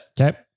Okay